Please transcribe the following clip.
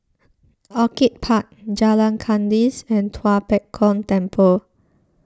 Orchid Park Jalan Kandis and Tua Pek Kong Temple